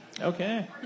Okay